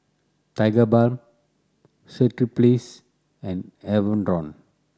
Tigerbalm Strepsils and Enervon